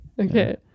Okay